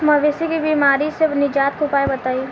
मवेशी के बिमारी से निजात के उपाय बताई?